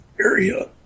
area